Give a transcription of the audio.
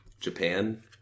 Japan